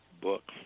book